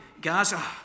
Gaza